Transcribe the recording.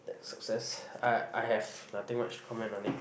that success I I have nothing much to comment on it